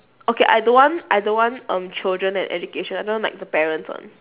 okay I don't want I don't want err children and education I don't want like the parents one